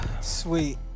sweet